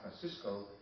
Francisco